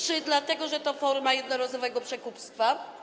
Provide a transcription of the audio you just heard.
Czy dlatego, że to forma jednorazowego przekupstwa?